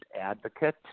advocate